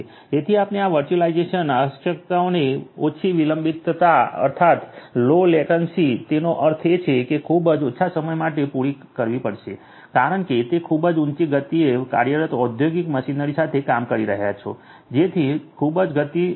તેથી આપણે આ વર્ચ્યુઅલાઇઝેશન આવશ્યકતાઓને ઓછી વિલંબિતતા અર્થાત લો લેટન્સી તેનો અર્થ એ છે કે ખૂબ જ ઓછા સમય માટે પૂરી કરવી પડશે કારણ કે તમે ખૂબ જ ઊંચી ગતિએ કાર્યરત ઔદ્યોગિક મશીનરી સાથે કામ કરી રહ્યાં છો જેથી ખૂબ જ વધુ ગતિમાં ડેટા વધવા લાગશે